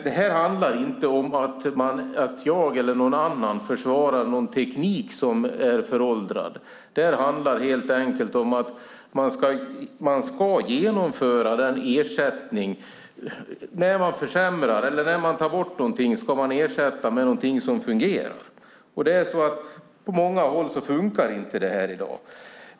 Detta handlar inte om att jag eller någon annan försvarar en teknik som är föråldrad, utan det handlar helt enkelt om att man när man försämrar eller tar bort någonting ska ersätta det med något som fungerar. På många håll fungerar inte detta i dag.